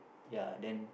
ya then